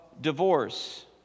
Divorce